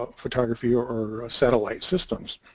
ah photography or or satellite systems